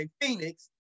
Phoenix